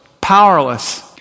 powerless